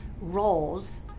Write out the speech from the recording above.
roles